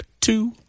two